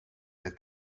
the